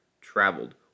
traveled